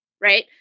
Right